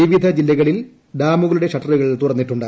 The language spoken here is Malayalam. വിവിധ ജില്ലകളിൽ ഡാമുകളുടെ ഷട്ടറുകൾ തുറന്നിട്ടുണ്ട്